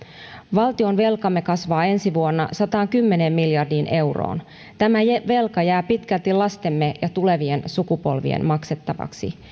valtionvelkamme kasvaa ensi vuonna sataankymmeneen miljardiin euroon tämä velka jää pitkälti lastemme ja tulevien sukupolvien maksettavaksi